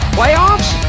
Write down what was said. playoffs